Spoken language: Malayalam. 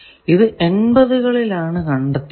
ഇത് എൺപതുകളിൽ ആണ് കണ്ടെത്തിയത്